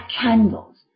candles